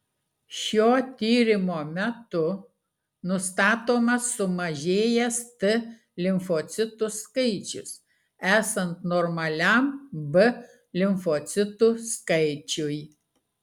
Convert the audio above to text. šio tyrimo metu nustatomas sumažėjęs t limfocitų skaičius esant normaliam b limfocitų skaičiui